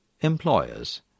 employers